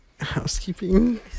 housekeeping